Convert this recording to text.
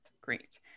great